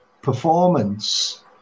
performance